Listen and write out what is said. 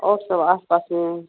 और सब आस पास में